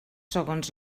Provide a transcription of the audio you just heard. segons